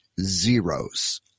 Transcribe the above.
zeros